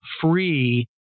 free